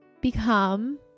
become